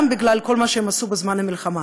גם בגלל כל מה שהם עשו בזמן המלחמה,